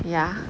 ya